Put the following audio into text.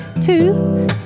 two